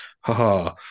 haha